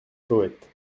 poète